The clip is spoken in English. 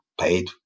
paid